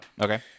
okay